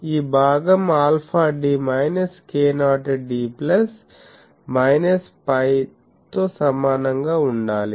ఈ భాగం alpha d minus k0 d plus minus pi తో సమానంగా ఉండాలి